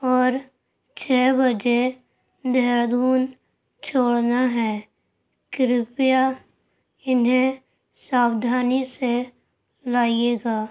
اور چھ بجے دہرادون چھوڑنا ہے کرپیا انہیں ساؤدھانی سے لائیے گا